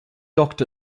docked